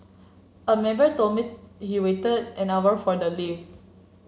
a member told me he waited an hour for the lift